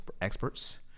experts